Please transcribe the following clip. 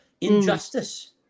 injustice